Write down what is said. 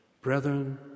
Brethren